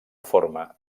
forma